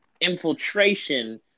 infiltration